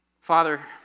Father